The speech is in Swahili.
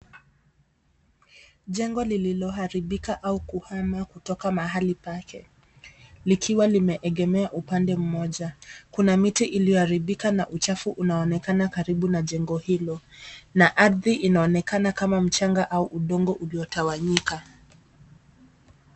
Jengo lililoharibika au kuhama kutoka mahali pake likiwa limeegemea upande mmoja. Kuna miti iliyoharibika na uchafu unaonekana karibu na jengo hilo na ardhi inaonekana kama mchanga au udongo uliotawanyika.